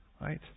right